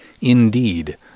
Indeed